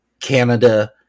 Canada